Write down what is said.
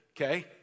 okay